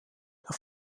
der